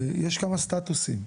יש כמה סטטוסים,